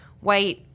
white